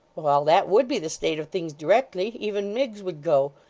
well, that would be the state of things directly. even miggs would go.